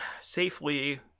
safely